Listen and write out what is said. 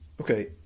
okay